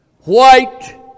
white